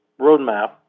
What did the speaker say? roadmap